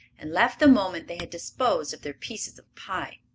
and left the moment they had disposed of their pieces of pie.